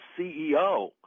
CEO